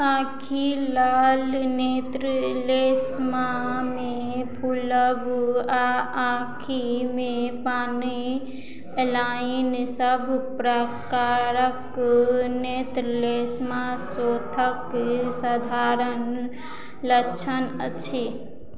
आँखि लाल नेत्र लेष्मामे फूलब आ आँखिमे पानि एलाइन सभ प्रकारक नेत्र लेष्मा शोथक सधारण लक्षण अछि